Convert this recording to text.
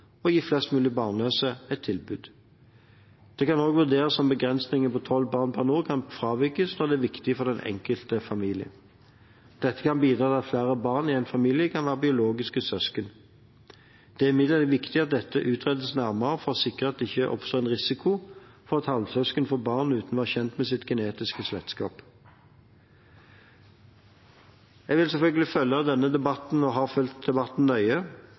og gi flest mulig barnløse et tilbud. Det kan også vurderes om begrensningen på tolv barn per donor kan fravikes når det er viktig for den enkelte familie. Dette kan bidra til at flere barn i én familie kan være biologiske søsken. Det er imidlertid viktig at dette utredes nærmere for å sikre at det ikke oppstår en risiko for at halvsøsken får barn uten å være kjent med sitt genetiske slektskap. Jeg har fulgt og vil selvfølgelig følge denne debatten nøye, og